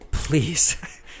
please